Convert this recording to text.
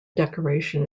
decoration